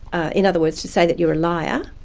in other words to say that you're a liar,